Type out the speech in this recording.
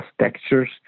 textures